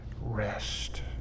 rest